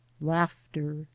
laughter